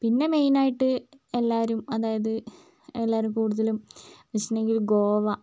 പിന്നെ മെയിൻ ആയിട്ട് എല്ലാവരും അതായത് എല്ലാവരും കൂടുതലും വിസിറ്റിംഗ് ഗോവ